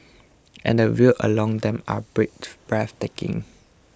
and the views along them are breathtaking